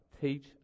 teach